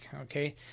okay